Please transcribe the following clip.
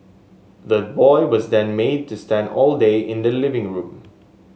the boy was then made to stand all day in the living room